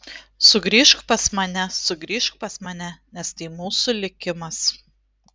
sugrįžk pas mane sugrįžk pas mane nes tai mūsų likimas